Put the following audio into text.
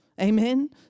Amen